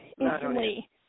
instantly